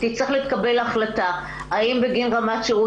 תצטרך להתקבל החלטה אם בגין רמת שירות